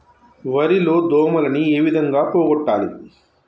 వరి లో దోమలని ఏ విధంగా పోగొట్టాలి?